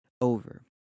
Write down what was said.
over